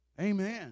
Amen